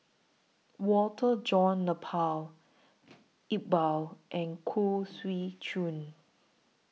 Walter John Napier Iqbal and Khoo Swee Chiow